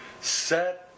set